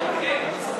כן?